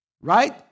right